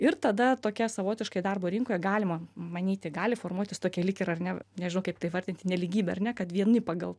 ir tada tokia savotiškai darbo rinkoje galima manyti gali formuotis tokia lyg ir ar ne nežinau kaip tai įvardinti nelygybė ar ne kad vieni pagal